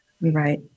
right